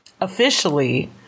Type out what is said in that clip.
officially